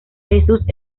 jesús